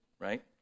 right